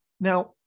now